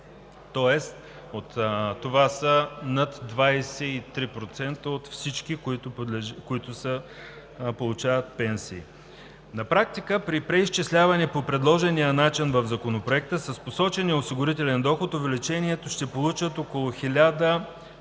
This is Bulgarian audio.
Тоест това са над 23% от всички, които получават пенсии. На практика при преизчисляване по предложения в Законопроекта начин, с посочения осигурителен доход увеличението ще получат около 1